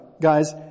guys